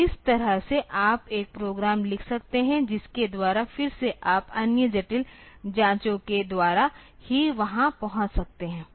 तो इस तरह से आप एक प्रोग्राम लिख सकते हैं जिसके द्वारा फिर से आप अन्य जटिल जाँचों के द्वारा ही वहाँ पहुँच सकते हैं